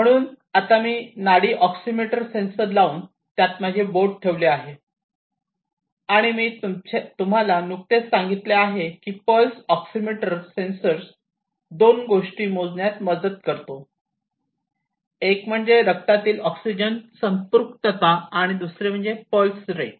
म्हणून आता मी नाडी ऑक्सिमीटर सेन्सर लावून त्यात माझे बोट ठेवले आहे आणि मी तुम्हाला नुकतेच सांगितले आहे की पल्स ऑक्सिमीटर सेन्सर दोन गोष्टी मोजण्यात मदत करतो एक म्हणजे रक्तातील ऑक्सिजन संपृक्तता आणि दुसरे पल्स रेट